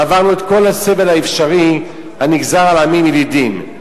עברנו את כל הסבל האפשרי הנגזר על עמים ילידיים.